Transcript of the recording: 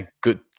good